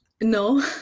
No